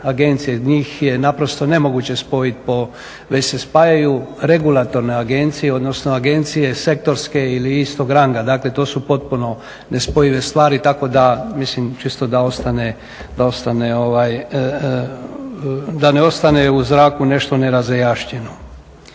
agencije. Njih je naprosto nemoguće spojiti po, već se spajaju regulatorne agencije, odnosno agencije sektorske ili istog ranga. Dakle, to su potpuno nespojive stvari. Tako da, mislim čisto da ostane, da ne ostane u zraku nešto nerazjašnjeno.